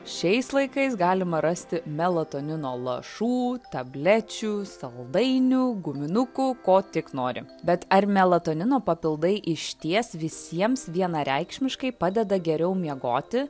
šiais laikais galima rasti melatonino lašų tablečių saldainių guminukų ko tik nori bet ar melatonino papildai išties visiems vienareikšmiškai padeda geriau miegoti